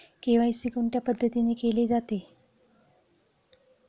KYC कोणत्या पद्धतीने केले जाते?